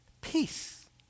peace